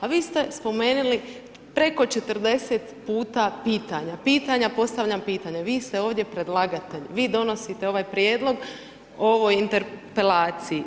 A vi ste spomenuli preko 40 puta pitanja, pitanja, postavljam pitanja, vi ste ovdje predlagatelj, vi donosite ovaj prijedlog o interpelaciji.